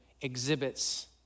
exhibits